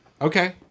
Okay